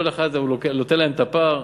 כל אחד נותן להם את הפר.